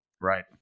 Right